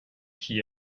qui